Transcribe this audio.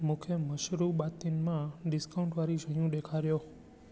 मूंखे मशरूबातिन मां डिस्काउट वारियूं शयूं ॾेखारियो